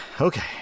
okay